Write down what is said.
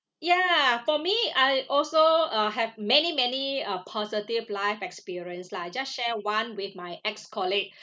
ya for me I also uh have many many uh positive life experience lah I just share one with my ex-colleague